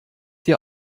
dir